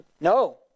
No